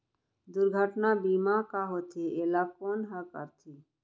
दुर्घटना बीमा का होथे, एला कोन ह करथे?